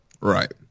Right